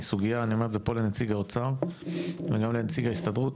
אני אומר את זה לנציג האוצר ולנציג ההסתדרות,